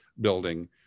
building